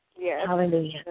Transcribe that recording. Hallelujah